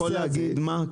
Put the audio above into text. אתה יכול להגיד מה?